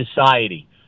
society